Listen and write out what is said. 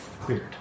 cleared